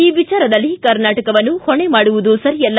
ಈ ವಿಚಾರದಲ್ಲಿ ಕರ್ನಾಟಕವನ್ನು ಹೊಣೆ ಮಾಡುವುದು ಸರಿಯಲ್ಲ